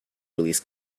release